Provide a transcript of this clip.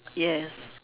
yes